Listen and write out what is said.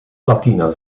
platina